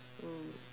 mm